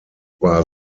war